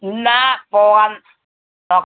എന്നാൽ പോവാം ഓ